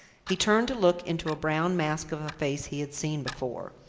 he turned to look into a brown mask of a face he had seen before.